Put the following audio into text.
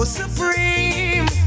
supreme